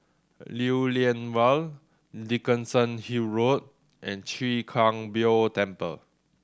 Lew Lian Vale Dickenson Hill Road and Chwee Kang Beo Temple